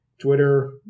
Twitter